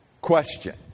question